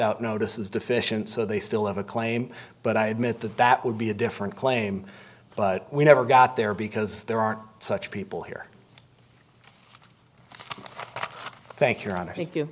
out notice is deficient so they still have a claim but i admit that that would be a different claim but we never got there because there are such people here thank you ron i think